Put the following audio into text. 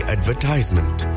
Advertisement